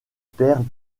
pères